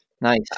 nice